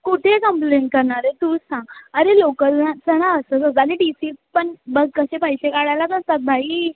कुठे कम्प्लेंट करणार आहे तूच सांग अरे लोकल ना चणा स आणि टी सी पण बघ कसे पैसे काढायला जातात बाई